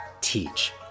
teach